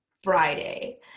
Friday